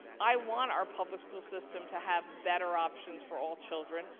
i want our public school system to have better option for all children.